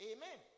Amen